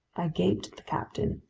i gaped at the captain.